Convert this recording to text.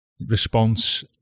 response